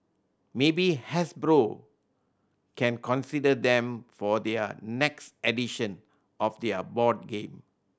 maybe Hasbro can consider them for their next edition of their board game